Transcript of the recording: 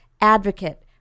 advocate